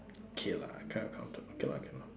okay lah kind of counted okay okay lah